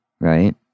right